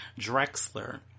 drexler